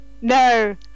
No